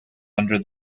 under